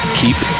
keep